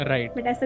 Right